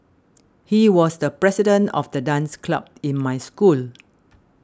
he was the president of the dance club in my school